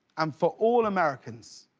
um for all americans.